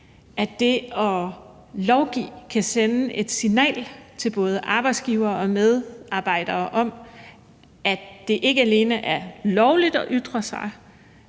at det at lovgive kan sende et signal til både arbejdsgivere og medarbejdere om, at det ikke alene er lovligt at ytre sig,